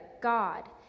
God